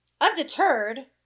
Undeterred